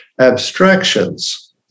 abstractions